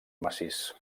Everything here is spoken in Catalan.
massís